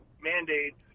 mandates